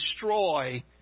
destroy